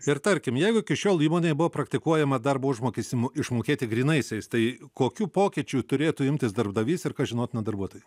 ir tarkim jeigu iki šiol įmonėj buvo praktikuojama darbo užmokestį išmokėti grynaisiais tai kokių pokyčių turėtų imtis darbdavys ir kas žinotina darbuotojui